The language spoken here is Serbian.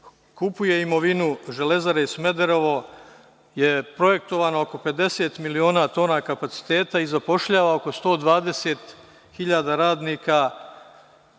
kupuje imovinu „Železare Smederevo“ je projektovano oko 50 miliona tona kapaciteta i zapošljava oko 120 hiljada radnika